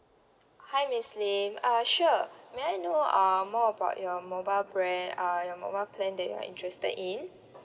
hi miss lim uh sure may I know uh more about your mobile bra~ uh your mobile plan that you're interested in